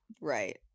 Right